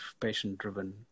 patient-driven